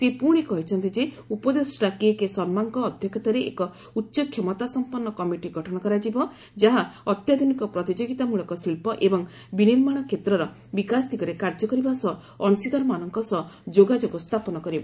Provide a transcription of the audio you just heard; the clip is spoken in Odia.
ସେ ପ୍ରଶି କହିଛନ୍ତି ଯେ ଉପଦେଷ୍ଟା କେକେ ଶର୍ମାଙ୍କ ଅଧ୍ୟକ୍ଷତାରେ ଏକ ଉଚ୍ଚଷମତା ସଂପନ୍ନ କମିଟି ଗଠନ କରାଯିବ ଯାହା ଅତ୍ୟାଧୁନିକ ପ୍ରତିଯୋଗିତାମ୍ବଳକ ଶିଳ୍ପ ଏବଂ ବିନିର୍ମାଣ କ୍ଷେତ୍ରର ବିକାଶ ଦିଗରେ କାର୍ଯ୍ୟ କରିବା ସହ ଅଂଶୀଦାରମାନଙ୍କ ସହ ଯୋଗାଯୋଗ ସ୍ଥାପନ କରିବ